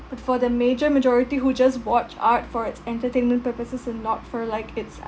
but for the major majority who just watch art for its entertainment purposes and not for like its